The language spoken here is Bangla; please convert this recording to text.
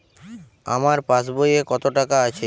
আমার পাসবই এ কত টাকা আছে?